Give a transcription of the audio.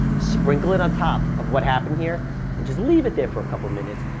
sprinkle it on top of what happened here and just leave it there for a couple of minutes,